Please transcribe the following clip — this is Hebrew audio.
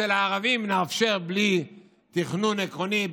אצל הערבים נאפשר בלי תכנון עקרוני,